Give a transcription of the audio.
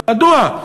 מדוע?